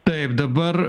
taip dabar